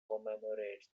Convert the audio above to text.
commemorates